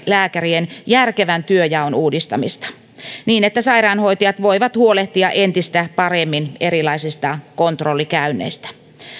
lääkärien järkevän työnjaon uudistamista niin että sairaanhoitajat voivat huolehtia entistä paremmin erilaisista kontrollikäynneistä